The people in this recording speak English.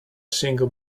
single